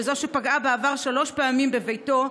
אלו שפגעו בעבר שלוש פעמים בביתו,